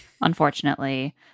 unfortunately